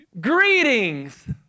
Greetings